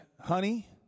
honey